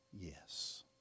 Yes